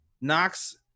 Knox